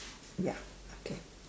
ya okay